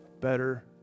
better